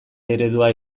eredua